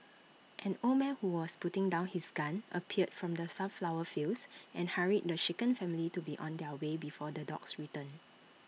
an old man who was putting down his gun appeared from the sunflower fields and hurried the shaken family to be on their way before the dogs return